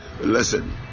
listen